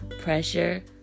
pressure